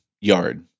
yard